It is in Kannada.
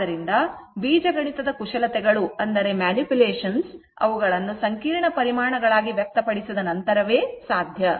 ಆದ್ದರಿಂದ ಬೀಜಗಣಿತದ ಕುಶಲತೆಗಳು ಅವುಗಳನ್ನು ಸಂಕೀರ್ಣ ಪ್ರಮಾಣಗಳಾಗಿ ವ್ಯಕ್ತಪಡಿಸಿದ ನಂತರವೇ ಸಾಧ್ಯ